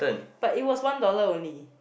but it was one dollar only